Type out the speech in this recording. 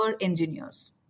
engineers